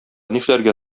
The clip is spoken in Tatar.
нишләргә